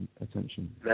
attention